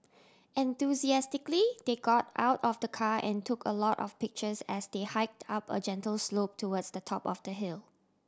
enthusiastically they got out of the car and took a lot of pictures as they hiked up a gentle slope towards the top of the hill